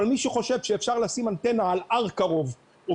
אבל מי שחושב שאפשר לשים אנטנה על הר קרוב או